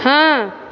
हँ